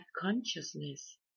consciousness